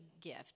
gift